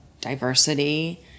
diversity